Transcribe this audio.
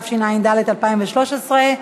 התשע"ד 2013,